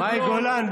מאי גולן,